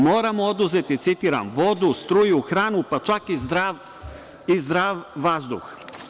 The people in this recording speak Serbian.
Moramo oduzeti, citiram, vodu, struju, hranu, pa čak i zdrav vazduh.